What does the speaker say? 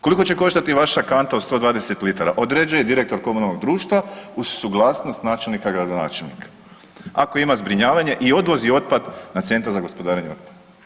Koliko će koštati vaša kanta od 120 litara određuje direktor komunalnog društva uz suglasnost načelnika i gradonačelnika ako ima zbrinjavanje i odvozi otpad na Centar za gospodarenje otpadom.